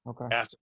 Okay